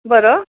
बरं